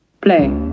Play